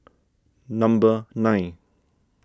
number nine